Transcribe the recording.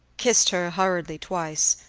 kissed her hurriedly twice,